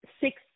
six